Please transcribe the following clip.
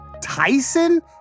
Tyson